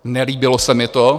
Nelíbilo se mi to.